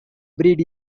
breed